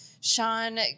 Sean